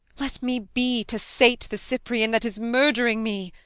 let me be to sate the cyprian that is murdering me!